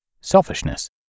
selfishness